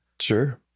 Sure